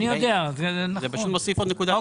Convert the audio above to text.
זה רק מוסיף נקודות --- אני יודע.